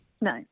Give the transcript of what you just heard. no